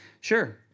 Sure